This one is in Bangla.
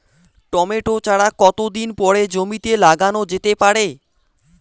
টমেটো চারা কতো দিন পরে জমিতে লাগানো যেতে পারে?